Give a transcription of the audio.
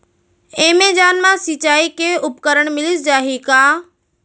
Amazon मा सिंचाई के उपकरण मिलिस जाही का?